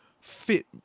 fit